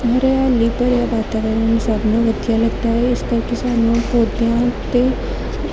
ਹਰਿਆਲੀ ਭਰਿਆ ਵਾਤਾਵਰਨ ਸਭ ਨੂੰ ਵਧੀਆ ਲੱਗਦਾ ਹੈ ਇਸ ਕਰਕੇ ਸਾਨੂੰ ਪੌਦਿਆਂ ਉੱਤੇ